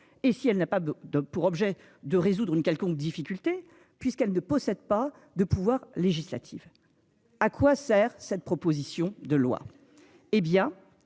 et si elle n'a pas de pour objet de résoudre une quelconque difficulté puisqu'elle ne possède pas de pouvoir législatif. À quoi sert cette proposition de loi,